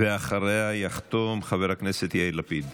ואחריה יחתום חבר הכנסת יאיר לפיד.